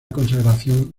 consagración